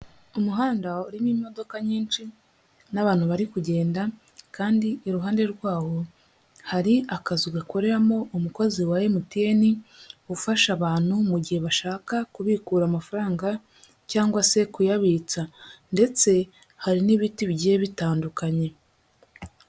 Umuhanda urimo imodoka nyinshi n'abantu bari kugenda kandi iruhande rwawo hari akazu gakoreramo umukozi wa MTN ufasha abantu mu gihe bashaka kubikura amafaranga cyangwa se kuyabitsa ndetse hari n'ibiti bigiye bitandukanye.